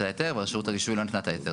ההיתר ורשות הרישוי לא נתנה את ההיתר.